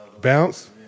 Bounce